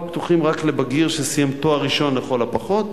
פתוחים רק לבגיר שסיים תואר ראשון לכל הפחות.